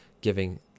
giving